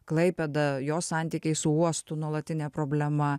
klaipėda jos santykiai su uostu nuolatinė problema